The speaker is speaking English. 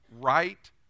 right